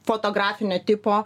fotografinio tipo